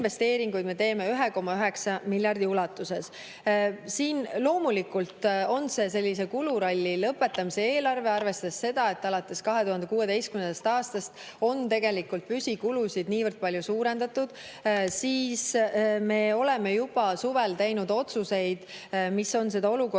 me teeme 1,9 miljardi ulatuses. Loomulikult on see sellise kuluralli lõpetamise eelarve. Arvestades seda, et alates 2016. aastast on tegelikult püsikulusid niivõrd palju suurendatud, oleme me juba suvel teinud otsuseid, mis on olukorda